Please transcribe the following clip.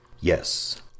yes